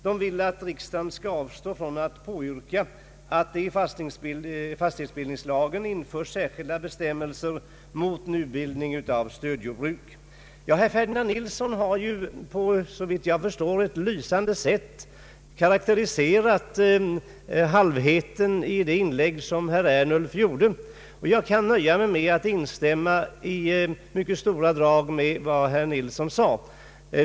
De vill att riksdagen skall avstå från att påyrka att i fastighetsbildningslagen införs särskilda bestämmelser mot nybildning av småjordbruk. Herr Ferdinand Nilsson har såvitt jag förstår på ett lysande sätt karakteriserat halvheten i det inlägg herr Ernulf gjorde. Jag kan nöja mig med att i stora drag instämma i vad herr Nilsson sade.